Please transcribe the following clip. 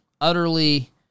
utterly